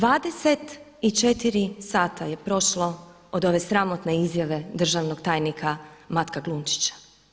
24h je prošlo od ove sramotne izjave državnog tajnika Matka Glunčića.